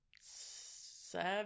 seven